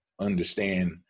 understand